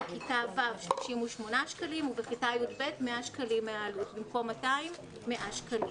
בכיתה ו' 38 שקלים ובכיתה י"ב 100 שקלים במקום 200 שקלים.